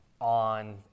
on